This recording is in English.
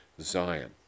Zion